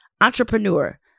entrepreneur